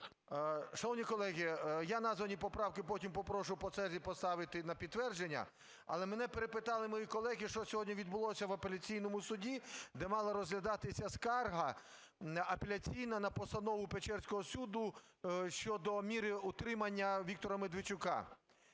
Шановні колеги, я названі поправки потім попрошу по черзі поставити на підтвердження. Але мене перепитали мої колеги, що сьогодні відбулося в апеляційному суді, де мала розглядатися скарга апеляційна на постанову Печерського суду щодо міри утримання Віктора Медведчука.